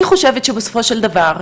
אני חושבת שבסופו של דבר,